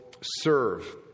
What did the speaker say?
serve